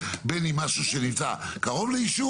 היא לא נתנה את הפתרונות הפרקטיים.